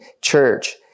church